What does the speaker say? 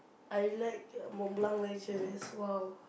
I like Montblanc Legend as well